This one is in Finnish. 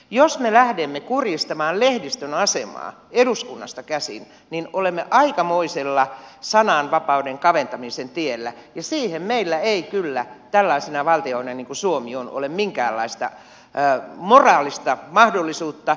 jos me lähdemme kurjistamaan lehdistön asemaa eduskunnasta käsin niin olemme aikamoisella sananvapauden kaventamisen tiellä ja siihen meillä ei kyllä tällaisena valtiona kuin suomi on ole minkäänlaista moraalista mahdollisuutta